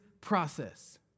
process